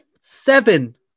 seven